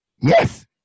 Yes